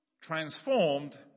transformed